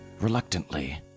Reluctantly